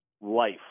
life